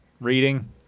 reading